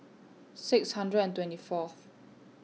six hundred and twenty Fourth